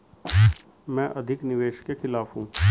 मैं अधिक निवेश के खिलाफ हूँ